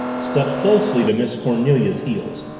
stuck closely to miss cornelia's heels,